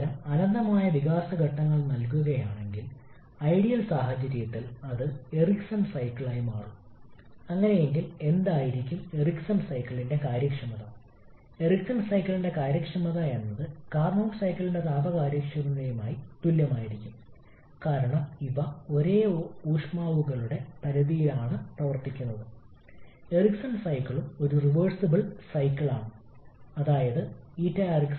1 മുതൽ 2 വരെ ഒരു പ്രക്രിയയ്ക്കായി നമ്മൾക്ക് എന്താണുള്ളത് ℎ1 − ℎ2 𝑞𝑖𝑛 𝑤𝑜𝑢𝑡 അല്ലെങ്കിൽ നമ്മൾ ഡിഫറൻഷ്യൽ രൂപത്തിൽ എഴുതുകയാണെങ്കിൽ 𝑑ℎ 𝛿𝑞𝑖𝑛 𝛿𝑤𝑜𝑢𝑡 ഇപ്പോൾ കംപ്രഷൻ പ്രക്രിയയ്ക്കായി കംപ്രഷൻ വികാസത്തിന്റെ ഐസന്റ്രോപിക് സ്വഭാവം കാരണം ഇത് നിലവിലില്ല അതിനാൽ dh ഉം ഔട്ട്പുട്ട് ജോലിയും തമ്മിൽ നമ്മൾക്ക് നേരിട്ട് ബന്ധമുണ്ട്